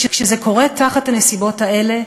כשזה קורה תחת הנסיבות האלה,